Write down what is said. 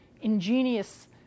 ingenious